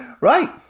Right